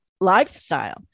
lifestyle